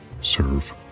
Serve